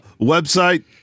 website